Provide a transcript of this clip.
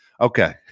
Okay